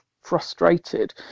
frustrated